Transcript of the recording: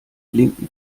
blinken